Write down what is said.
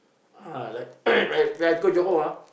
ah like when I when I go Johor ah